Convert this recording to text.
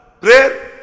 prayer